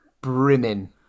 brimming